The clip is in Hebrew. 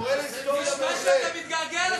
נשמע שאתה מתגעגע לספסלים.